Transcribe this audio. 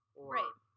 Right